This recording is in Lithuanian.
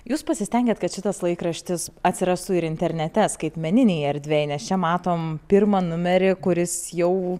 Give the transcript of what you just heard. jūs pasistengėt kad šitas laikraštis atsirastų ir internete skaitmeninėj erdvėj nes čia matom pirmą numerį kuris jau